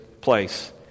place